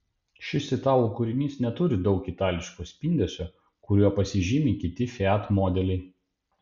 šis italų kūrinys neturi daug itališko spindesio kuriuo pasižymi kiti fiat modeliai